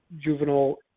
juvenile